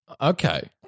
Okay